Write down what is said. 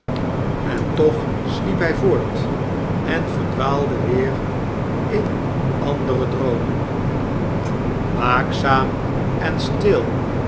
en toch sliep hy voort en verdwaalde weer in andere droomen geen uitweg waakzaam en stil